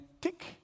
tick